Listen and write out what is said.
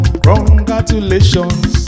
congratulations